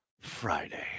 Friday